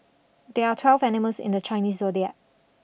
there are twelve animals in the Chinese zodiac